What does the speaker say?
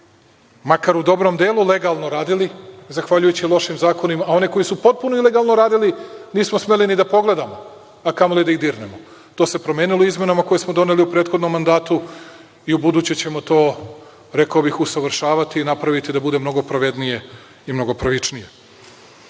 makar u dobrom delu legalno radili, zahvaljujući lošim zakonima, a one koji su potpuno ilegalno radili nismo smeli ni da pogledamo, a kamoli da ih dirnemo. To se promenilo izmenama koje smo doneli u prethodnom mandatu i ubuduće ćemo to, rekao bih, usavršavati i napraviti da bude mnogo pravednije i mnogo